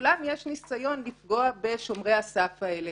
בכולם יש ניסיון לפגוע בשומרי הסף האלה